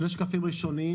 שני השקפים הראשונים